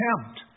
attempt